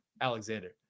Alexander